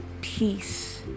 peace